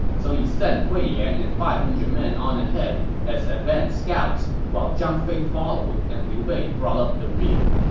so he sent wei yan and five hundred men on ahead as advanced scouts, while zhang fei followed and liu bei brought up the rear.